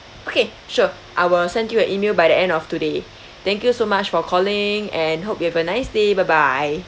okay sure I will send you an email by the end of today thank you so much for calling and hope you have a nice day bye bye